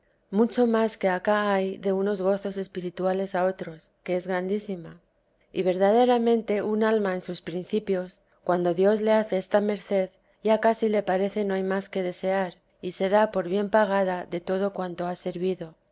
mucho más que acá hay de unos gozos espirituales a otros que es grandísima y verdaderamente un alma en sus principios cuando dios le hace esta merced ya casi le parece no hay más que desear y se da por bien pagada de todo cuanto ha servido